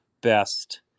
best